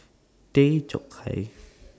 Tay Chong Hai